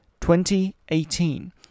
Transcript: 2018